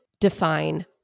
define